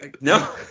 No